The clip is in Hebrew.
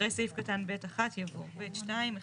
אחרי סעיף קטן ב(1) יבוא: ב(2)(1).